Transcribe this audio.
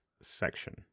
section